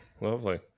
Lovely